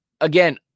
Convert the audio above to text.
again